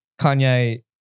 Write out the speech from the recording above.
Kanye